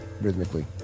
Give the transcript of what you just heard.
rhythmically